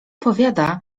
powiada